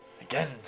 Again